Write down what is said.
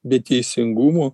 be teisingumo